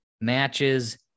matches